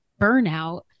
burnout